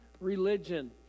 religion